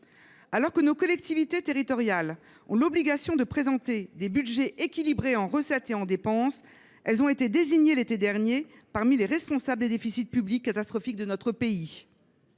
Alors que nos collectivités territoriales ont l’obligation de présenter des budgets équilibrés en recettes et en dépenses, elles ont été désignées l’été dernier parmi les responsables des déficits publics catastrophiques de notre pays.